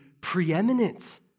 preeminent